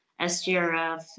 SGRF